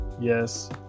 Yes